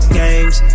games